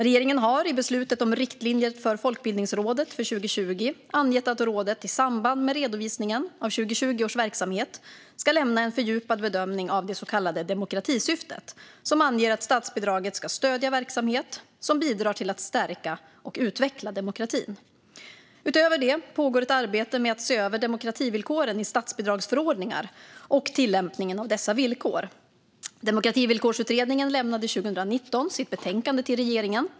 Regeringen har i beslutet om riktlinjer för Folkbildningsrådet för 2020 angett att rådet i samband med redovisningen av 2020 års verksamhet ska lämna en fördjupad bedömning av det så kallade demokratisyftet, som anger att statsbidraget ska stödja verksamhet som bidrar till att stärka och utveckla demokratin. Utöver det pågår ett arbete med att se över demokrativillkoren i statsbidragsförordningar och tillämpningen av dessa villkor. Demokrativillkorsutredningen lämnade 2019 sitt betänkande till regeringen.